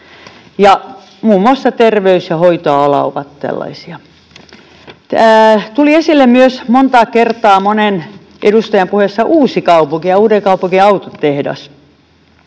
Muun muassa terveys- ja hoitoala ovat tällaisia. Tuli esille myös monta kertaa monen edustajan puheessa Uusikaupunki ja Uudenkaupungin autotehdas.